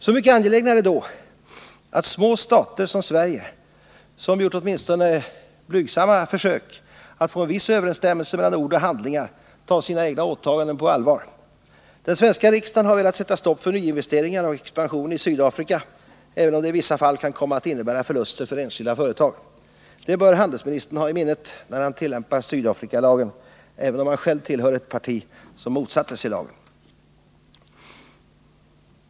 Så mycket angelägnare är det då att små stater som Sverige, som gjort åtminstone blygsamma försök att få en viss överensstämmelse mellan ord och handlingar, tar sina egna åtaganden på allvar. Den svenska riksdagen har velat sätta stopp för nyinvesteringar och expansion i Sydafrika även om det i vissa fall kan komma att innebära förluster för enskilda företag. Det bör handelsministern ha i minnet när han tillämpar Sydafrikalagen, även om han själv tillhör ett parti som motsatte sig lagen.